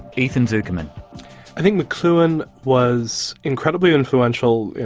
ethan zuckerman i think mcluhan was incredibly influential,